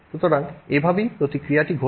সুতরাং এভাবেই প্রক্রিয়াটি ঘটছে